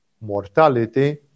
mortality